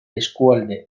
eskualde